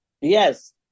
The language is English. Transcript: Yes